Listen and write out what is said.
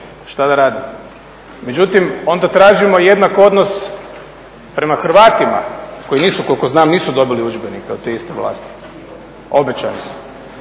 Što da radimo? Međutim, onda tražimo jednak odnos prema Hrvatima koji nisu, koliko znam nisu dobili udžbenike od te iste vlasti, obećani su.